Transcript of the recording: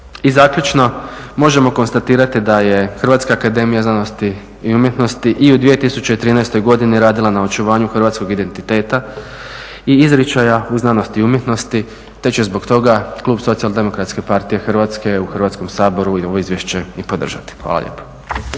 I zaključno možemo konstatirati da je Hrvatska akademija znanosti i umjetnosti i u 2013. godini radila na očuvanju hrvatskog identiteta i izričaja u znanosti i umjetnosti te će zbog toga klub Socijaldemokratske partije Hrvatske u Hrvatskom saboru i ovo izvješće i podržati. Hvala lijepo.